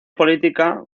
política